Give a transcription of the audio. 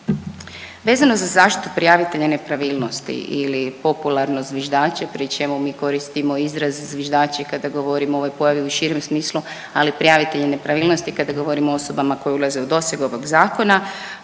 Vezano za zaštitu prijavitelja nepravilnosti ili popularno zviždači pri čemu mi koristimo izraz zviždači kada govorimo o ovoj pojavi u širem smislu, ali prijavitelji nepravilnosti kada govorimo o osobama koje ulaze u doseg ovog zakona.